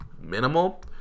minimal